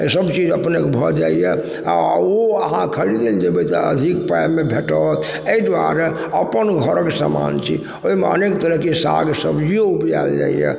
अइ सब चीज अपने भऽ जाइए आओर अहाँ खरीदे लए जेबय तऽ अधिक पाइमे भेटत अइ दुआरे अपन घरक सामान छी ओइमे अनेक तरहके साग सबजियो उपजायल जाइए